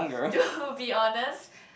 to be honest